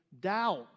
doubt